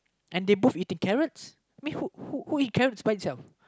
and they both eating carrots mean who who eats carrots by itself